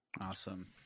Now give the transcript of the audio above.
Awesome